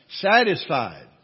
Satisfied